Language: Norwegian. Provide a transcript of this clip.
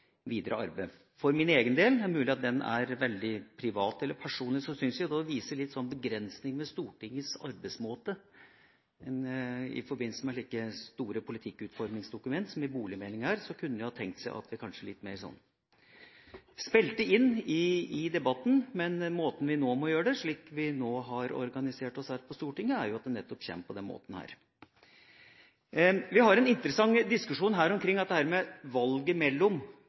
videre arbeidet. For min egen del – det er mulig at den er veldig privat eller personlig – syns jeg dette viser en begrensning ved Stortingets arbeidsmåte. I forbindelse med slike store politikkutformingsdokumenter, som ei boligmelding er, kunne man ha tenkt seg litt mer at man spilte inn i debatten, men måten vi nå må gjøre det på, slik vi nå har organisert oss her på Stortinget, er jo nettopp at det blir på denne måten. Vi har en interessant diskusjon omkring dette med valget mellom